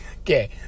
okay